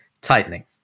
tightening